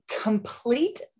complete